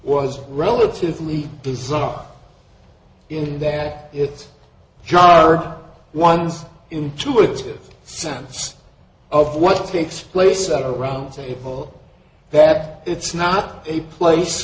was relatively bizarre in that it jarred one's intuitive sense of what takes place at a round table that it's not a place